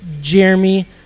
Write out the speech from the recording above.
jeremy